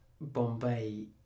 Bombay